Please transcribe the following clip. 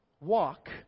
Walk